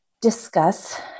discuss